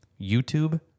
YouTube